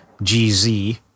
GZ